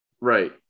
Right